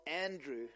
Andrew